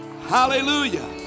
Hallelujah